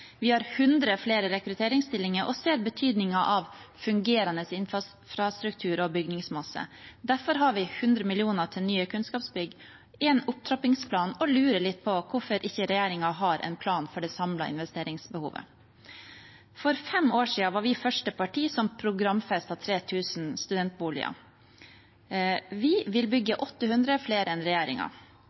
Vi har 100 flere rekrutteringsstillinger og ser betydningen av fungerende infrastruktur og bygningsmasse. Derfor har vi 100 mill. kr til nye kunnskapsbygg i en opptrappingsplan og lurer litt på hvorfor ikke regjeringen har en plan for det samlede investeringsbehovet. For fem år siden var vi det første partiet som programfestet 3 000 studentboliger. Vi vil bygge 800 flere enn